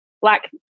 black